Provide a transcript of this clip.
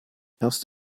erst